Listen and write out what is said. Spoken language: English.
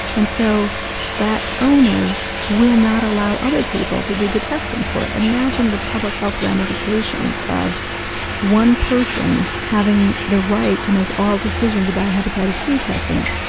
and so that owner will not allow other people to do the testing for it. imagine the public health ramifications of one person having the right to make all decisions about hepatitis c testing,